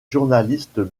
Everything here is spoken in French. journalistes